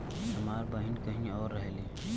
हमार बहिन कहीं और रहेली